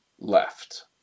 left